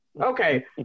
Okay